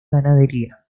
ganadería